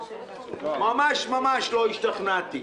ממש ממש לא השתכנעתי.